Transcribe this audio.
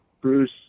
Bruce